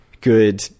good